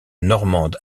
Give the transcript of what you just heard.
normande